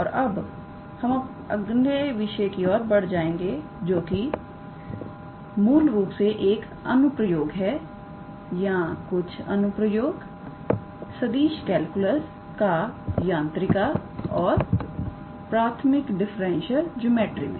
और अब हम अपने अगले विषय की ओर बढ़ जाएंगे जो यह मूल रूप से एक अनु प्रयोग है या कुछ अनु प्रयोग सदिश कैलकुलस का यांत्रिकी और प्राथमिक डिफरेंशियल ज्योमेट्री में